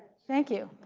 thank you.